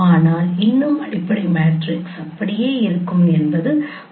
ஆனால் இன்னும் அடிப்படை மேட்ரிக்ஸ் அப்படியே இருக்கும் என்பது உங்களுக்குத் தெரியும்